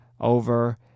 over